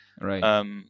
Right